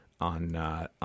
on